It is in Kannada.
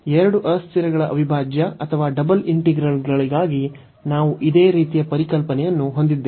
ಎರಡು ಅಸ್ಥಿರಗಳ ಅವಿಭಾಜ್ಯ ಅಥವಾ ಡಬಲ್ ಇಂಟಿಗ್ರಲ್ಗಳಿಗಾಗಿ ನಾವು ಇದೇ ರೀತಿಯ ಪರಿಕಲ್ಪನೆಯನ್ನು ಹೊಂದಿದ್ದೇವೆ